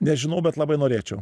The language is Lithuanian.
nežinau bet labai norėčiau